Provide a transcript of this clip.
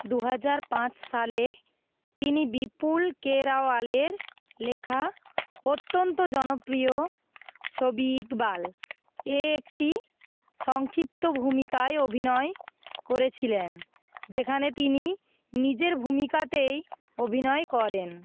দু হাজার পাঁচ সালে তিনি বিপুল কেরাওয়ালের লেখা অত্যন্ত জনপ্রিয় ছবি ইকবাল এ একটি সংক্ষিপ্ত ভূমিকায় অভিনয় করেছিলেন যেখানে তিনি নিজের ভূমিকাতেই অভিনয় করেন